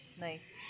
nice